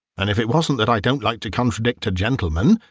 and if it wasn't that i don't like to contradict a gentleman,